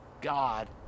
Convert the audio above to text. god